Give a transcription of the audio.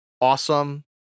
awesome